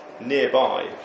nearby